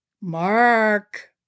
Mark